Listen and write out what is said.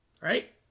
Right